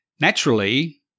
Naturally